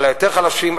על היותר-חלשים,